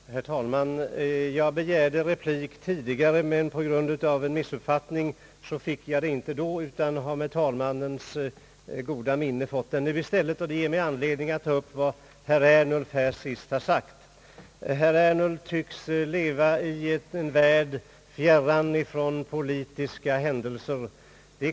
genmäle: Herr talman! Jag begärde replik tidi gare, men på grund av en missuppfattning fick jag den inte då, utan har med talmannens goda minne fått den nu i stället, och det ger mig anledning att beröra det som herr Ernulf här senast har sagt. Herr Ernulf tycks leva i en värld fjärran från politiska händelser.